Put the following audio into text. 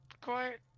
quiet